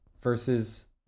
versus